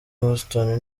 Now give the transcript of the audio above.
houston